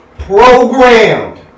Programmed